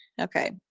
Okay